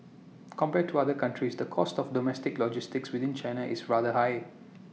compared to other countries the cost of domestic logistics within China is rather high